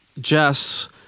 Jess